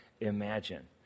imagine